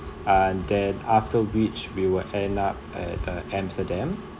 and then after which we will end up at uh amsterdam